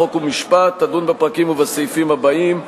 חוק ומשפט תדון בפרקים ובסעיפים הבאים: